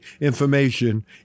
information